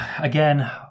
again